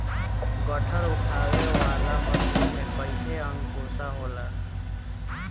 गट्ठर उठावे वाला मशीन में कईठे अंकुशा होला